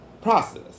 process